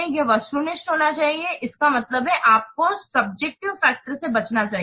यह वस्तुनिष्ठ होना चाहिए इसका मतलब है आपको सब्जेक्टिव फैक्टर से बचना चाहिए